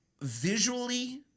visually